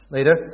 Later